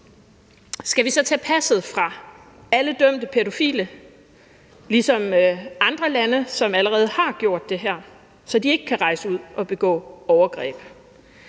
Skal vi så tage passet fra alle dømte pædofile ligesom andre lande, som allerede har gjort det, så de ikke kan rejse ud og begå overgreb?